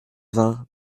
vingt